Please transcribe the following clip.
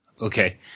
Okay